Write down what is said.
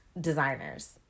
designers